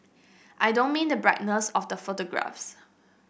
I don't mean the brightness of the photographs